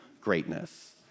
greatness